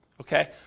Okay